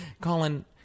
Colin